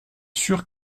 sûr